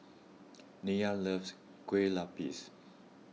Nyla loves Kueh Lapis